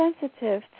sensitive